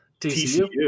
TCU